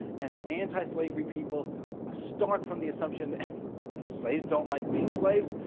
and antislavery people start from the assumption that slaves don't like being slaves,